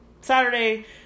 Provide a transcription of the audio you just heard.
Saturday